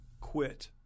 quit